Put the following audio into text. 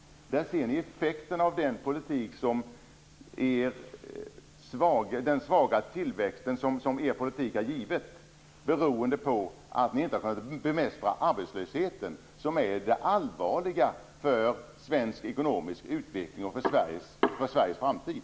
Där ser ni effekterna av den svaga tillväxt som er politik har gett. Det beror på att ni inte har kunnat bemästra arbetslösheten. Detta är allvarligt för svensk ekonomisk utveckling och Sveriges framtid.